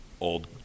old